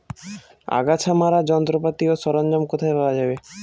আগাছা মারার যন্ত্রপাতি ও সরঞ্জাম কোথায় পাওয়া যাবে?